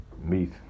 meet